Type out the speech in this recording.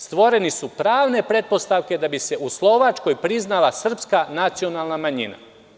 Stvorene su pravne pretpostavke da bi se u Slovačkoj priznala srpska nacionalna manjina.